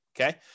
Okay